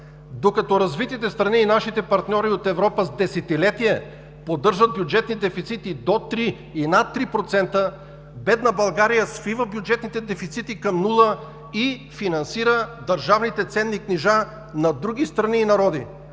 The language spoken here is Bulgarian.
Докато развитите страни и нашите партньори от Европа с десетилетия поддържат бюджетни дефицити до три и над три процента, бедна България свива бюджетните дефицити към нула и финансира държавните ценни книжа на други страни и народи,